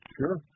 Sure